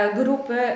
grupy